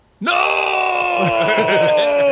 No